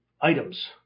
items